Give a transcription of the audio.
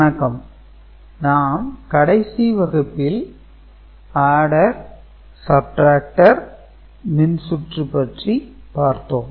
வணக்கம் நாம் கடைசி வகுப்பில் ஆடர் சப்டரக்டர் மின்சுற்று பற்றி பார்த்தோம்